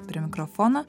prie mikrofono